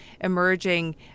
emerging